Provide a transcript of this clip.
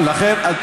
אני הולך ליושב-ראש.